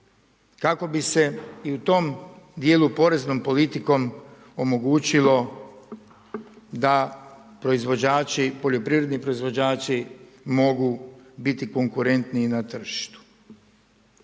kako bi se i u tom dijelu poreznom politikom omogućilo da poljoprivredni proizvođači mogu biti konkurentniji na tržištu.